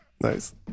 nice